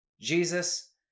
Jesus